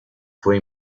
fue